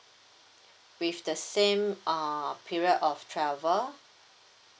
with the same uh period of travel